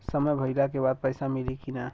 समय भइला के बाद पैसा मिली कि ना?